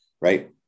right